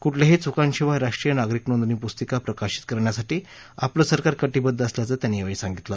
कुठल्याही चुकांशिवाय राष्ट्रीय नागरिक नोंदणी पुस्तिका प्रकाशित करण्यासाठी आपलं सरकार कटिबद्ध असल्याचं त्यांनी यावेळी सांगितलं